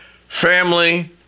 Family